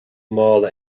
mála